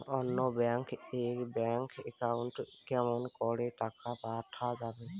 অন্য ব্যাংক এর bank account এ কেমন করে টাকা পাঠা যাবে?